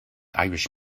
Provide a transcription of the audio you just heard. irish